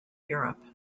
europe